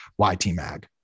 YTMag